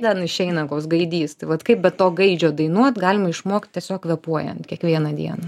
ten išeina koks gaidys tai vat kaip bet to gaidžio dainuot galima išmokt tiesiog kvėpuojant kiekvieną dieną